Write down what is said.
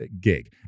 gig